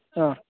ಹಾಂ